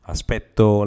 Aspetto